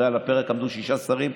הרי על הפרק עמדו שישה שרים,